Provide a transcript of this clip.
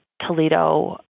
Toledo